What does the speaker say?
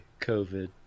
COVID